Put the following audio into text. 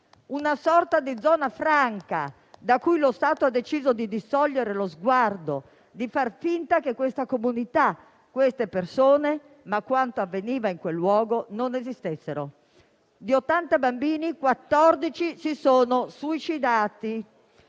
Una sorta di zona franca da cui lo Stato ha deciso di distogliere lo sguardo, di far finta che questa comunità, queste persone e quanto avveniva in quel luogo non esistessero. Di ottanta bambini, quattordici si sono suicidati.